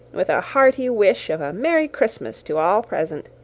with a hearty wish of a merry christmas to all present,